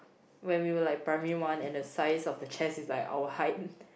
when we were like primary one and the size of the chess is like our height